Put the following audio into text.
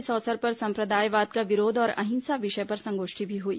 इस अवसर पर सम्प्रदायवाद का विरोध और अहिंसा विषय पर संगोष्ठी भी हुई